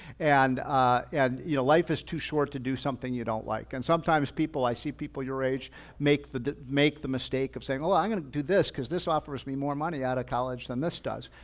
and and you know life is too short to do something you don't like. and sometimes people, i see people your age make the make the mistake of saying, oh, i'm going to do this cause this offers me more money out of college than this does.